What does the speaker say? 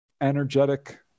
energetic